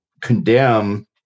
condemn